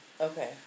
Okay